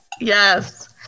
yes